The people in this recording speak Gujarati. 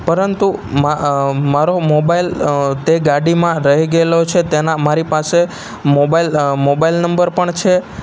પરંતુ મારો મોબાઈલ તે ગાડીમાં રહી ગયેલો છે તેના મારી પાસે મોબાઈલ મોબાઈલ નંબર પણ છે